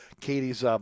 Katie's